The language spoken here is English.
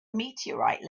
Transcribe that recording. meteorite